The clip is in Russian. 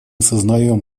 сознаем